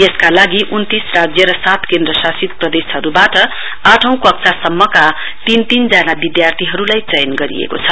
यसका लागि उन्तीस राज्य र सात केन्द्रशासित प्रदेशहरूबाट आठौं कक्षा सम्मका तीन तीन जना विद्यार्थीहरूलाई चयन गरिएको छ